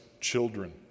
children